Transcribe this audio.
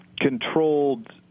controlled